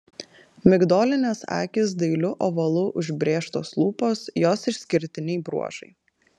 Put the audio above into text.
migdolinės akys dailiu ovalu užbrėžtos lūpos jos išskirtiniai bruožai